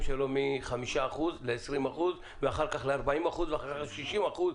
שלו מ-5% ל-20% ואחר כך ל-40% ואחר כך ל-60%.